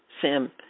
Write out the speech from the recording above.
Sam